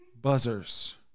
buzzers